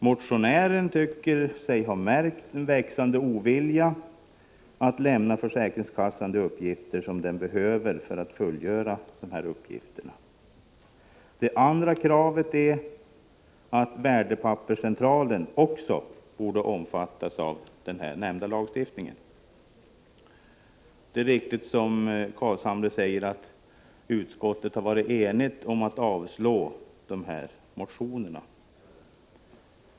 Motionären tycker sig ha märkt en växande ovilja att lämna försäkringskassan de uppgifter som den behöver för att fullgöra sina funktioner härvidlag. Det andra kravet är att Värdepapperscentralen också skall omfattas av den nämnda lagstiftningen. Det är riktigt som Carlshamre säger, att utskottet har varit enigt om att avstyrka motionerna.